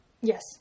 Yes